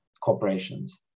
corporations